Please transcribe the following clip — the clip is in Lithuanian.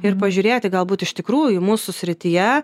ir pažiūrėti galbūt iš tikrųjų mūsų srityje